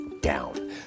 down